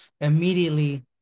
immediately